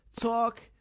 talk